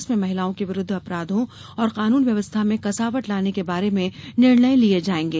इसमें महिलाओं के विरूद्ध अपराधों और कानून व्यवस्था में कसावट लाने के बारे में निर्णय लिये जायेंगे